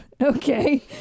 okay